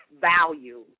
value